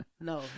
No